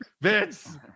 Vince